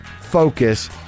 focus